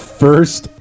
first